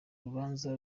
rubanza